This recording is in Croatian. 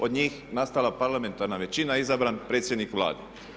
Od njih nastala parlamentarna većina, izabran predsjednik Vlade.